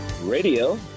Radio